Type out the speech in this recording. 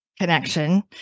Connection